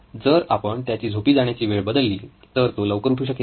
जर आपण त्याची झोपी जाण्याची वेळ बदलली तर तो लवकर उठू शकेल